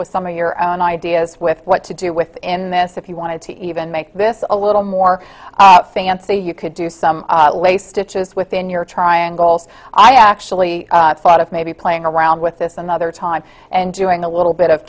with some of your own ideas with what to do with in this if you want to even make this a little more fancy you could do some stitches within your triangles i actually thought of maybe playing around with this another time and doing a little bit of